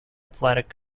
athletic